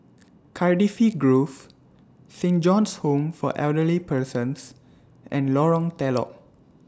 Cardifi Grove Saint John's Home For Elderly Persons and Lorong Telok